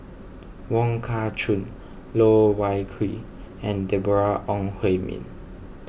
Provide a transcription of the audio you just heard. Wong Kah Chun Loh Wai Kiew and Deborah Ong Hui Min